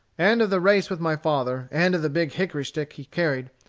and of the race with my father, and of the big hickory stick he carried,